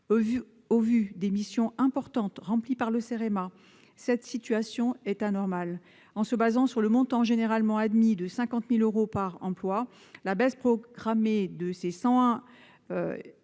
Au vu des missions importantes remplies par le Cerema, cette situation est anormale. En se basant sur le montant généralement admis de 50 000 euros par emploi, la baisse programmée de ces 101 ETP